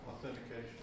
Authentication